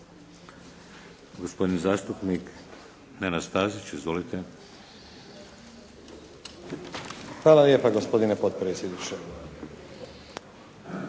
Hvala lijepa gospodine potpredsjedniče.